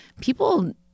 people